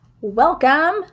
welcome